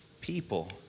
people